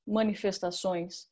manifestações